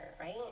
right